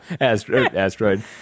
Asteroid